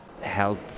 help